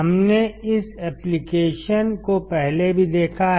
हमने इस एप्लिकेशन को पहले भी देखा है